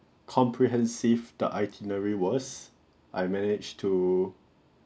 comprehensive the itinerary was I managed to